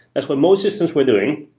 that's what most systems were doing.